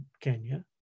Kenya